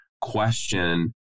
question